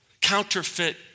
Counterfeit